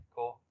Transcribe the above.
Cool